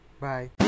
Bye